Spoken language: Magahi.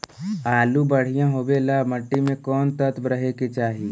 आलु बढ़िया होबे ल मट्टी में कोन तत्त्व रहे के चाही?